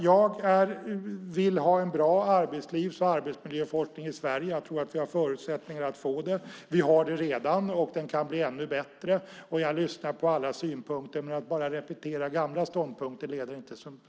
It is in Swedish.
Jag vill ha en bra arbetslivs och arbetsmiljöforskning i Sverige. Jag tror att vi har förutsättningen att få det så. Vi har det redan. Forskningen kan bli ännu bättre. Jag lyssnar på alla synpunkter. Men att bara repetera gamla ståndpunkter leder inte någonvart.